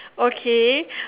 okay